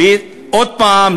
עוד פעם,